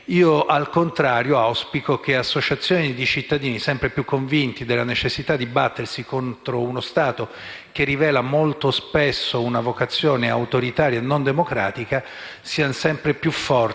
Al contrario, io auspico che associazioni di cittadini sempre più convinti della necessità di battersi contro uno Stato che rivela molto spesso una vocazione autoritaria e non democratica siano sempre più forti